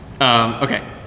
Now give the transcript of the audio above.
okay